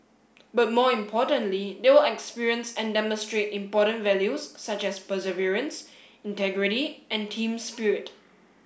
but more importantly they will experience and demonstrate important values such as perseverance integrity and team spirit